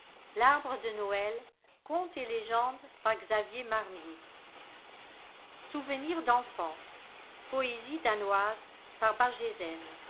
souvenir d'enfance poésie danoise